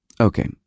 Okay